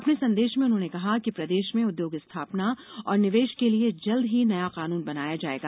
अपने संदेश में उन्होंने कहा कि प्रदेश में उद्योग स्थापना और निवेश के लिए जल्दी ही नया कानून बनाया जाएगा